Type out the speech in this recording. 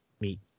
meet